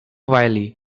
wylie